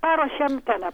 paruošiam ten